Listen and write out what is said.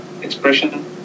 expression